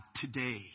today